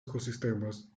ecosistemas